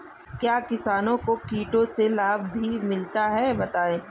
क्या किसानों को कीटों से लाभ भी मिलता है बताएँ?